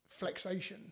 Flexation